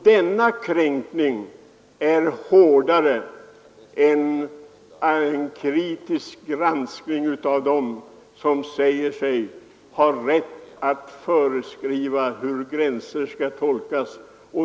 Denna kränkning är hårdare än en kritisk granskning av dem som säger sig ha rätt att föreskriva hur gränser skall tolkas.